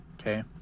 okay